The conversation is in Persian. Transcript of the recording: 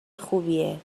خوبیه